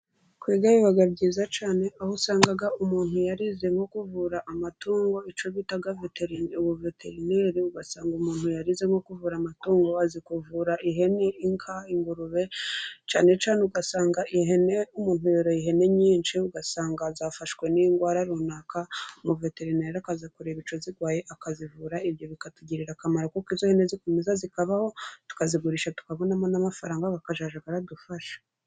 Kwiga biba byiza cyane aho usanga umuntu yarize nko kuvura amatungo icyo bita vetari ubuveterineri, ugasanga umuntu yarize nko kuvura amatungo azi kuvura ihene ,inka, ingurube, cyane cyane ugasanga ihene umuntu yoroye ihene nyinshi ugasanga zafashwe n'indwara runaka umuveterineri akaza kureba icyo zirwaye akazivura, ibyo bikatugirira akamaro kuko izo hene zikomeza zikabaho, tukazigurisha tukabonamo n'amafaranga akajya aradufasha.